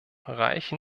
reichen